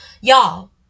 y'all